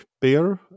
beer